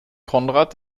konrad